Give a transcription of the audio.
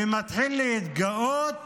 ומתחיל להתגאות